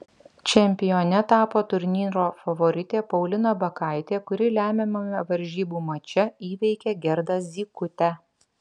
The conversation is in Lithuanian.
čempione tapo turnyro favoritė paulina bakaitė kuri lemiamame varžybų mače įveikė gerdą zykutę